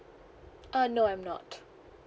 uh no I'm not